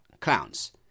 clowns